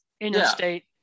interstate